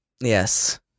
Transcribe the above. Yes